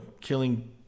killing